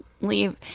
leave